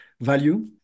value